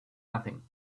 nothing